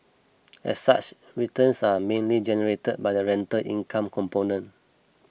as such returns are mainly generated by the rental income component